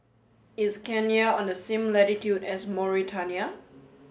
is Kenya on the same latitude as Mauritania